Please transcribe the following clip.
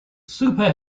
super